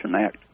Act